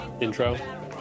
intro